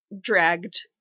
dragged